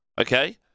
Okay